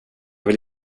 vill